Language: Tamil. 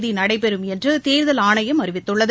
தேதி நடைபெறும் என்று தேர்தல் ஆணையம் அறிவித்துள்ளது